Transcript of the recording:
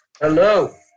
Hello